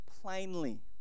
plainly